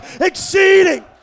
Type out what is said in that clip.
exceeding